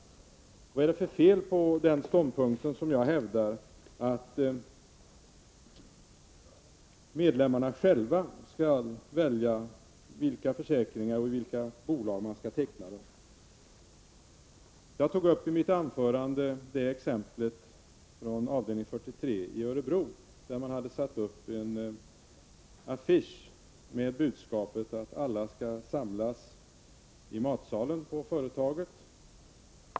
Vad är det för fel på den ståndpunkt som jag hävdar, att medlemmarna själva skall välja vilka försäkringar man skall teckna och hos vilka bolag? Jag tog i mitt anförande upp exemplet från avdelning 43 i Örebro, där man hade satt upp en affisch med budskapet att alla skulle samlas i matsalen på företaget.